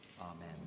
Amen